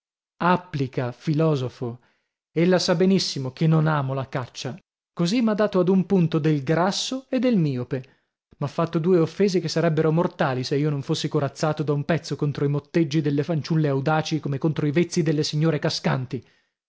applica filosofo ella sa benissimo che non amo la caccia così m'ha dato ad un punto del grasso e del miope m'ha fatto due offese che sarebbero mortali se io non fossi corazzato da un pezzo contro i motteggi delle fanciulle audaci come contro i vezzi delle signore cascanti